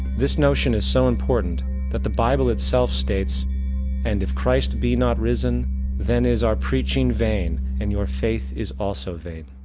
this notion is so important that the bible itself states and if christ be not risen then is our preaching vain and your faith is also vain